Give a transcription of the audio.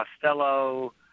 Costello